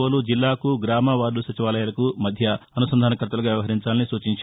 వోలు జిల్లాకు గ్రామ వార్డ సచివాలయాలకు మధ్య అనుసంధానకర్తలుగా వ్యవహరించాలని సూచించారు